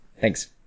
Thanks